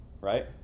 right